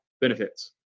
benefits